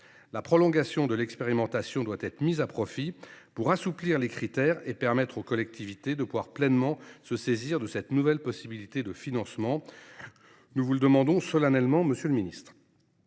La prolongation de l’expérimentation doit être mise à profit pour les assouplir et pour permettre aux collectivités de pleinement se saisir de cette nouvelle possibilité de financement. Nous vous le demandons solennellement, monsieur le ministre.